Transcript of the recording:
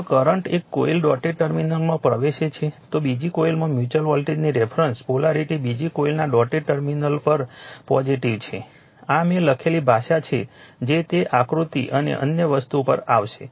જો કરંટ એક કોઇલના ડોટેડ ટર્મિનલમાં પ્રવેશે છે તો બીજી કોઇલમાં મ્યુચ્યુઅલ વોલ્ટેજની રેફરન્સ પોલેરિટી બીજી કોઇલના ડોટેડ ટર્મિનલ પર પોઝિટિવ છે આ મેં લખેલી ભાષા છે જે તે આકૃતિ અને અન્ય વસ્તુ ઉપર આવશે